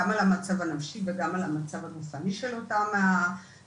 גם על המצב הנפשי וגם על המצב הגופני של אותם הטרנסים.